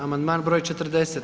Amandman broj 40.